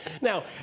Now